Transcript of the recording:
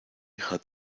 ihrer